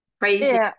crazy